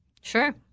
Sure